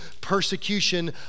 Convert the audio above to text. persecution